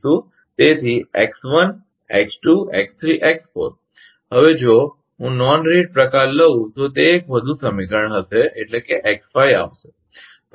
તેથી x1 x2 x3 x4 હવે જો હું નોન રીહિટ પ્રકાર લઉં તો તે એક વધુ સમીકરણ હશે એટલે કે x5 આવશે